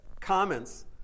comments